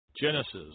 Genesis